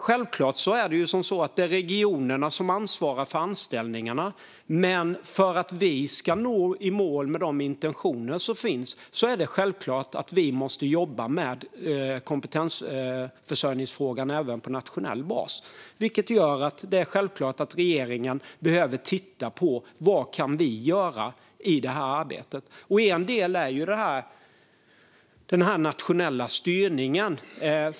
Självklart är det regionerna som ansvarar för anställningarna, men för att vi ska nå i mål med de intentioner som finns måste vi jobba med kompetensförsörjningsfrågan även på nationell nivå. Detta gör att det är självklart att regeringen behöver titta på vad man kan göra i detta arbete. En del är den nationella styrningen.